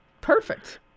Perfect